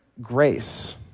grace